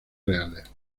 reales